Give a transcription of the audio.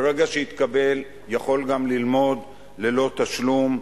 ברגע שהתקבל יכול גם ללמוד ללא תשלום,